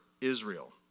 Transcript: Israel